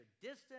distance